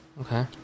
Okay